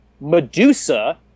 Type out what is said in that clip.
medusa